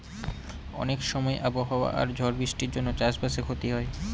অনেক সময় আবহাওয়া আর ঝড় বৃষ্টির জন্য চাষ বাসে ক্ষতি হয়